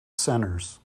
centers